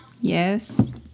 Yes